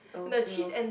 oh you know